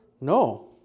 No